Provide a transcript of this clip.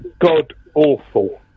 god-awful